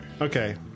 Okay